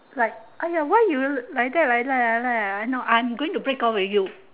like !aiya! why you like that like that lie that ah no I'm going to break off with you